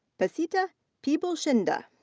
pasita pibulchinda.